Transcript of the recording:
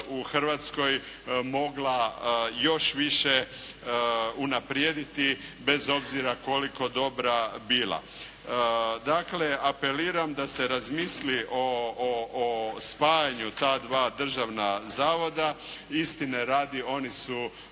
u Hrvatskoj mogla još više unaprijediti bez obzira koliko dobra bila. Dakle, apeliram da se razmisli o spajanju ta dva državna zavoda. Istine radi, oni su